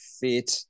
fit